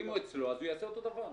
אם הוא אצלו אז הוא יעשה אותו דבר.